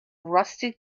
rusty